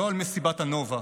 לא על מסיבת הנובה,